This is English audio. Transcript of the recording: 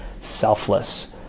selfless